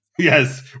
yes